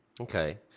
Okay